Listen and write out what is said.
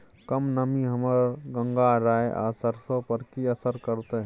कम नमी हमर गंगराय आ सरसो पर की असर करतै?